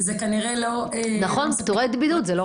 נכון, אנחנו